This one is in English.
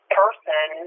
person